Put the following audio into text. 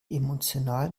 emotional